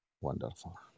Wonderful